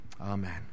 Amen